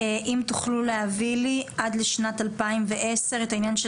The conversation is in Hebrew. אם תוכלו להביא לי עד לשנת 2010 את העניין של